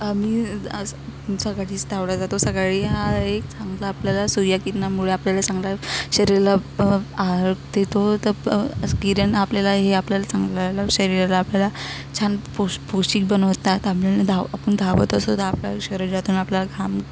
आम्ही सकाळीच धावायला जातो सकाळी हा एक चांगला आपल्याला सूर्यकिरणामुळे आपल्याला चांगला शरीराला आहार देतो तर किरण आपल्याला हे आपल्याला चांगल्या शरीराला आपल्याला छान पोष पोषक बनवतात आपल्याला धाव आपण धावत असतो तर आपल्या शरीरातून आपल्याला घाम